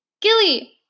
Gilly